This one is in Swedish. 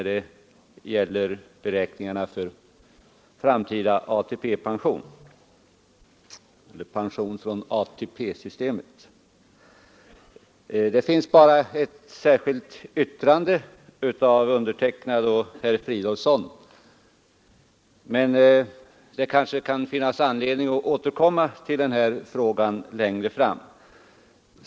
Den gäller beräkningen av den framtida ATP-pensionen. Till utskottets betänkande har endast fogats ett särskilt yttrande av mig och herr Fridolfsson, men det kan kanske finnas anledning att återkomma till denna fråga längre fram.